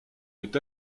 est